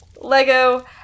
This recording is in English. Lego